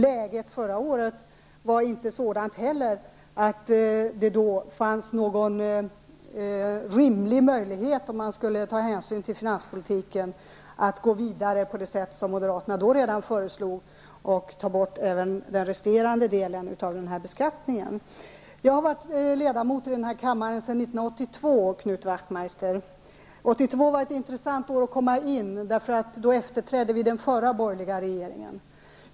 Läget förra året var inte heller sådant att det då fanns någon rimlig möjlighet med hänsynstagande till finanspolitiken att gå vidare på det sätt som moderaterna redan då föreslog genom att ta bort resterande delen av den här beskattningen. Jag har varit ledamot av denna kammare sedan år 1982, Knut Wachtmeister. År 1982 var ett intressant år att komma in i riksdagen på. Då efterträdde vi nämligen den förra borgerliga regeringen.